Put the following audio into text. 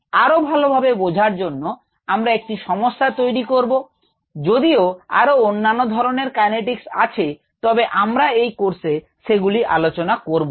আরো ভালভাবে বোঝার জন্য আমরা একটি সমস্যা তৈরি করব যদিও আরো অন্যান্য ধরনের কাইনেটিকস আছে তবে আমরা এই কোর্সে সেগুলি আলোচনা করব না